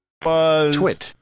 Twit